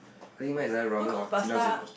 I think mine is either ramen or